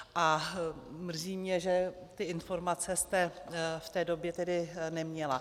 A mrzí mě, že ty informace jste v té době neměla.